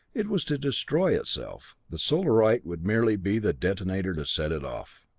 it was to destroy itself the solarite would merely be the detonator to set it off!